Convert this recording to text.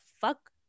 fuck